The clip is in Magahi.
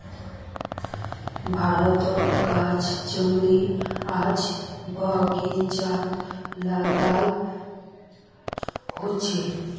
भारतेर गाछ जंगली आर बगिचात लगाल होचे